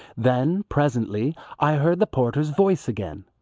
then presently i heard the porter's voice again.